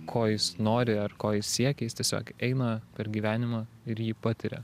ko jis nori ar ko jis siekia jis tiesiog eina per gyvenimą ir jį patiria